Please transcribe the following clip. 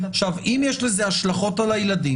אם יש לזה השלכות על הילדים,